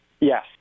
Yes